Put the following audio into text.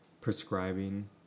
prescribing